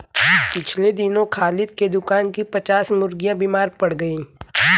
पिछले दिनों खालिद के दुकान की पच्चास मुर्गियां बीमार पड़ गईं